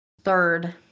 third